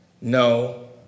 no